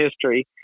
history